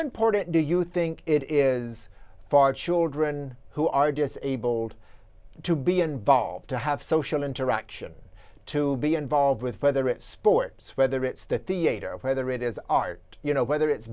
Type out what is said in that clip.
important do you think it is far children who are disabled to be involved to have social interaction to be involved with whether it's sports whether it's the theater whether it is art you know whether it's